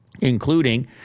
including